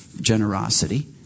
generosity